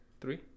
Three